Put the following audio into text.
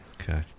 Okay